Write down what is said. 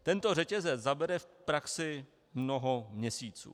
Tento řetězec zabere v praxi mnoho měsíců.